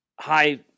high